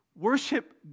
Worship